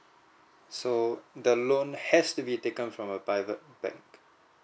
so the loan has to be taken from a private bank